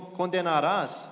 condenarás